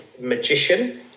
magician